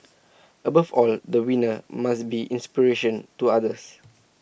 above all the winner must be inspiration to others